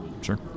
Sure